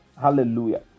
Hallelujah